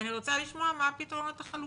ואני רוצה לשמוע מה הפתרונות החלופיים.